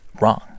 wrong